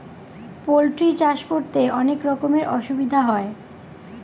poultry চাষ করতে অনেক রকমের অসুবিধা হয়